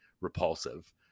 repulsive